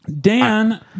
Dan